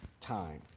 time